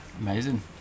amazing